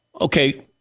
Okay